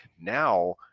Now